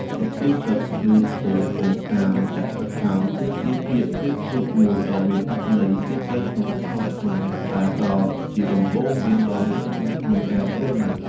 សុភាសិត "ឮផ្គរ កុំអាលចាក់ទឹកចោល" គឺជាពាក្យប្រៀបធៀបមួយដ៏មានអត្ថន័យជ្រាលជ្រៅក្នុងវប្បធម៌ខ្មែរ ដែលផ្ដល់ជាដំបូន្មានដ៏មានតម្លៃក្នុងការរស់នៅ។